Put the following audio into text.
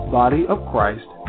bodyofchrist